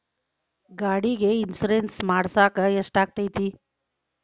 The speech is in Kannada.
ಗಾಡಿಗೆ ಇನ್ಶೂರೆನ್ಸ್ ಮಾಡಸಾಕ ಎಷ್ಟಾಗತೈತ್ರಿ?